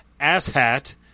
Asshat